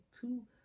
two